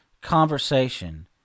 conversation